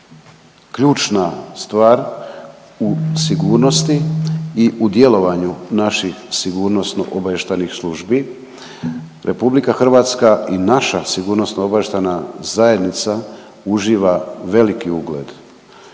ključna stvar u sigurnosti i u djelovanju naših Sigurnosno-obavještajnih službi. RH i naša Sigurnosno-obavještajna zajednica uživa veliki ugled,